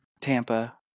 Tampa